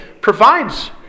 provides